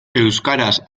euskaraz